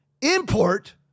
import